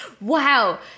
Wow